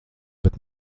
bet